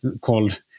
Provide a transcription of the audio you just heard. called